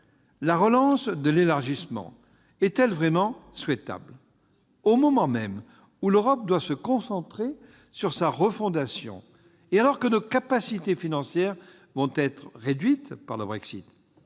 la relance de l'élargissement est-elle vraiment souhaitable, au moment même où l'Europe doit se concentrer sur sa refondation et alors que nos capacités financières vont être réduites par le Brexit ?